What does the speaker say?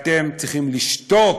אתם צריכים לשתוק,